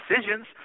decisions